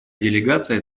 делегация